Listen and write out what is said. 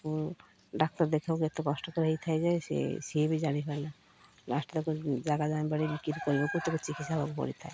ଡାକ୍ତର ଦେଖିବାକୁ ଏତେ କଷ୍ଟକର ହେଇଥାଏ ଯେ ସେ ସିଏ ବି ଜାଣିି ନା ଲାଷ୍ଟ୍ ତାକୁ ଜାଗା ଜାଣିପାରିକି କୁ ଚିକିତ୍ସା ହେବାକୁ ପଡ଼ିଥାଏ